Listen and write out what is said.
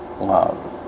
love